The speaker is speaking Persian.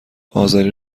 آذری